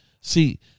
See